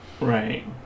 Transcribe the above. Right